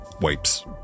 wipes